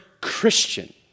Christian